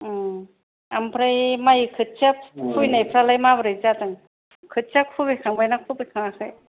उम ओमफ्राय माइ खोथिया खुबैनायफ्रालाय माब्रै जादों खोथिया खुबै खुबैखांबाय ना खुबै खाङाखै